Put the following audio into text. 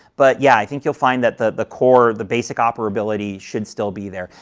but, yeah, i think you'll find that the the core, the basic operability should still be there,